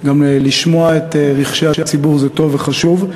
גם לשמוע את רחשי הציבור זה טוב וחשוב.